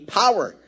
power